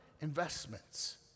investments